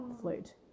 flute